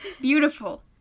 Beautiful